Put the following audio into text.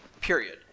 Period